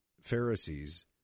Pharisees